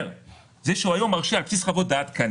דרדלה אז לגיטימי שהנישום יביא חוות דעת.